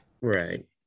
Right